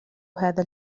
هذا